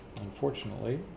unfortunately